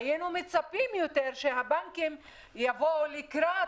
היינו מצפים יותר שהבנקים יבואו לקראת